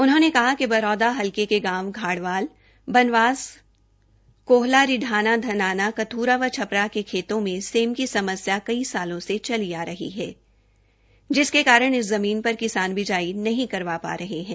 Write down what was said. उन्होंने कहा कि बराद्रा हलके के गांव घाइवाल बनवास काहला रि ाना धनाना कथ्रा छपरा के खेतों में सेम की समस्या कई सालों से चली आ रही थी जिसके कारण इस जमीन पर किसान बिजाई नहीं करवा पा रहे थे